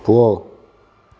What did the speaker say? போ